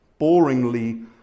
boringly